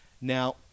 Now